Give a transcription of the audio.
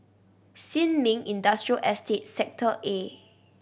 Sin Ming Industrial Estate Sector A